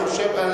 בוודאי.